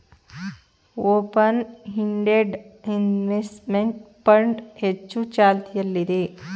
open ended investment fund ಹೆಚ್ಚು ಚಾಲ್ತಿಯಲ್ಲಿದೆ